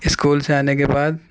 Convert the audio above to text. school سے آنے کے بعد